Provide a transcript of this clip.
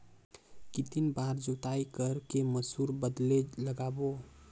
कितन बार जोताई कर के मसूर बदले लगाबो?